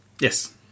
yes